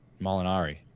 Molinari